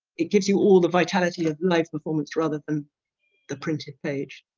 it gives you all the vitality of live performance rather than the printed page.